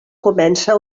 comença